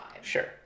Sure